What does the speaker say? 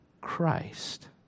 Christ